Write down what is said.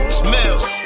smells